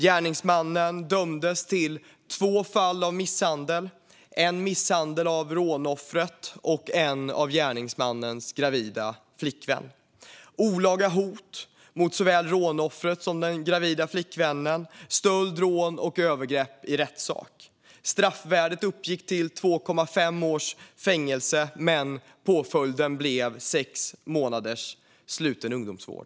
Gärningsmannen dömdes för två fall av misshandel, en misshandel av rånoffret och en av gärningsmannens gravida flickvän, olaga hot mot såväl rånoffret som den gravida flickvännen, stöld, rån och övergrepp i rättssak. Straffvärdet uppgick till två och ett halvt års fängelse, men påföljden blev sex månaders sluten ungdomsvård.